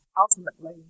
ultimately